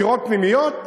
בחירות פנימיות,